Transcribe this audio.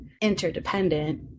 interdependent